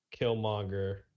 killmonger